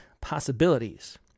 possibilities